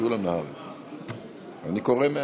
סעיף 11 לחוק האזרחות בנוסחו הנוכחי קובע את